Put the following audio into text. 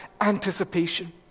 anticipation